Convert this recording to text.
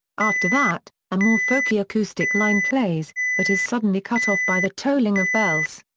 after that, a more folky acoustic line plays, but is suddenly cut off by the tolling of bells.